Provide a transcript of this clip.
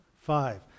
Five